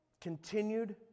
Continued